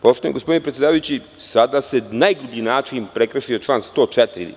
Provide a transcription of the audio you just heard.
Poštovani gospodine predsedavajući, sada se na najgrublji način prekršio član 104.